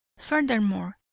furthermore,